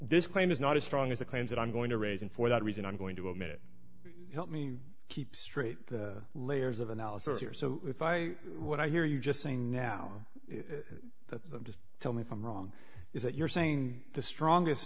this claim is not as strong as the claims that i'm going to raise and for that reason i'm going to admit it help me keep straight the layers of analysis here so if i what i hear you just saying now just tell me if i'm wrong is that you're saying the strongest